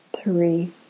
three